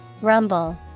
rumble